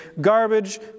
Garbage